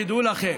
תדעו לכם